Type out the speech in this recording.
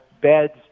beds